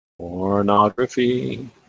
Pornography